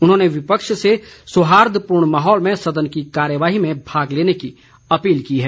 उन्होंने विपक्ष से सौहार्दपूर्ण माहौल में सदन की कार्यवाही में भाग लेने की अपील की है